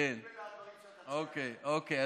אוקיי.